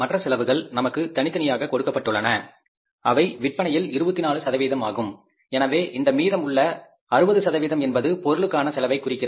மற்ற செலவுகள் நமக்கு தனித்தனியாக கொடுக்கப்பட்டுள்ளன அவை விற்பனையில் 24 சதவீதம் ஆகும் எனவே இந்த மீதமுள்ள 60 சதவீதம் என்பது பொருட்களுக்கான செலவை குறிக்கின்றது